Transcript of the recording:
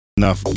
enough